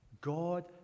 God